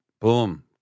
Boom